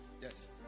yes